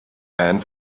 and